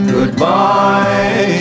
Goodbye